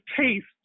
taste